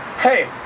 Hey